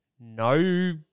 no